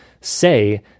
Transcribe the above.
say